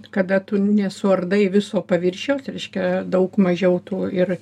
kada tu nesuardai viso paviršiaus reiškia daug mažiau tų ir